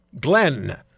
Glenn